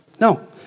No